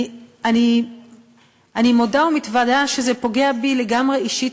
אני מודה ומתוודה שזה פוגע בי לגמרי אישית,